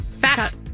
fast